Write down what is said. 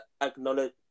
acknowledge